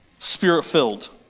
Spirit-filled